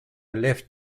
left